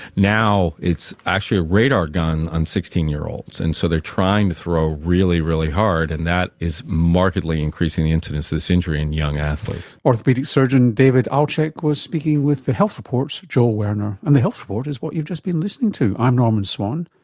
now it's actually a radar gun on sixteen year olds. and so they are trying to throw really, really hard, and that is markedly increasing the incidence of this injury in young athletes. orthopaedic surgeon david altchek was speaking with the health report's joel werner. and the health report is what you've just been listening to. i'm norman swan,